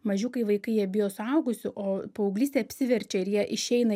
mažiukai vaikai jie bijo suaugusių o paauglystė apsiverčia ir jie išeina